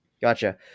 Gotcha